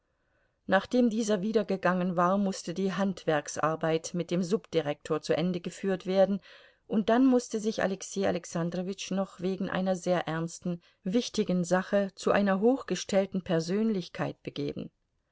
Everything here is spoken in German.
nachdem dieser wieder gegangen war mußte die handwerksarbeit mit dem subdirektor zu ende geführt werden und dann mußte sich alexei alexandrowitsch noch wegen einer sehr ernsten wichtigen sache zu einer hochgestellten persönlichkeit begeben